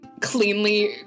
cleanly